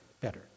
better